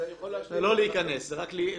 זה לא להיכנס, זה רק לבדוק.